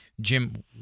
Jim